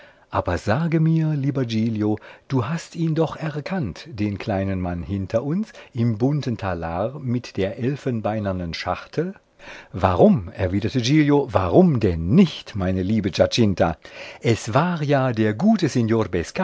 aber sage mir lieber giglio du hast ihn doch erkannt den kleinen mann hinter uns im bunten talar mit der elfenbeinernen schachtel warum erwiderte giglio warum denn nicht meine liebe giacinta es war ja der gute